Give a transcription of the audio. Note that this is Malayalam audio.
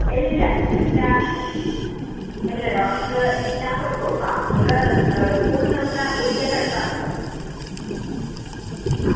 ഇല്ലില്ല ഞാൻ ഇല്ല ഡോക്ടർ ഞാൻ പോയിക്കോളും ആ ഇവിടെ സ്കൂളിൽനിന്നിവിടുന്ന് വീട്ടിലേക്കടുത്താണല്ലോ ആ